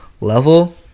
level